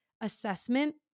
assessment